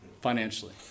financially